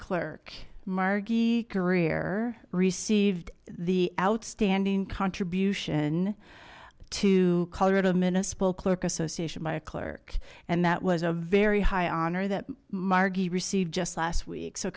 clerk marquis career received the outstanding contribution to colorado municipal clerk association by a clerk and that was a very high honor that margie received just last week so